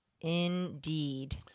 Indeed